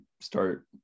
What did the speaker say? start